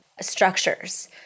structures